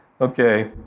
Okay